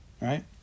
Right